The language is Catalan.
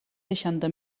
seixanta